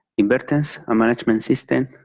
inverters, a management system,